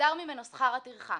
נגזר ממנו שכר הטרחה.